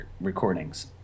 recordings